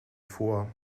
vor